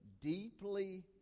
deeply